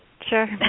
Sure